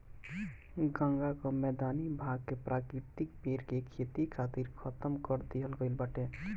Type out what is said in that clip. गंगा कअ मैदानी भाग के प्राकृतिक पेड़ के खेती खातिर खतम कर दिहल गईल बाटे